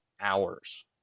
hours